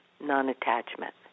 non-attachment